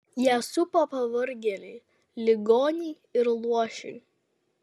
ją supa pavargėliai ligoniai ir luošiai